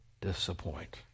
disappoint